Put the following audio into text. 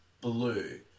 blue